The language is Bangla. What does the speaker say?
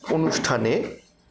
অনুষ্ঠানে